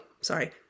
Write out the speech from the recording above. sorry